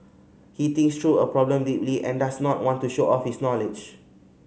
he thinks through a problem deeply and does not want to show off his knowledge